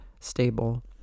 stable